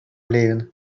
левин